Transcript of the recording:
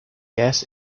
gas